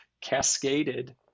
cascaded